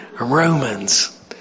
Romans